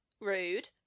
Rude